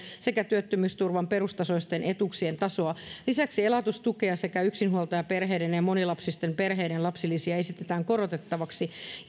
sekä työttömyysturvan perustasoisten etuuksien tasoa lisäksi elatustukea sekä yksinhuoltajaperheiden ja ja monilapsisten perheiden lapsilisiä esitetään korotettavaksi